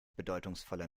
bedeutungsvoller